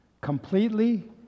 completely